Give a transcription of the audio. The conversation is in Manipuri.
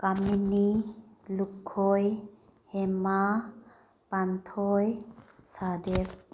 ꯀꯥꯃꯤꯅꯤ ꯂꯨꯈꯣꯏ ꯍꯦꯃꯥ ꯄꯥꯟꯊꯣꯏ ꯁꯍꯗꯦꯕ